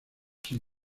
sin